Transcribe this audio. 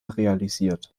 realisiert